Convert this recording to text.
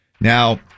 Now